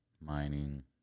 mining